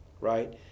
right